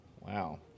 Wow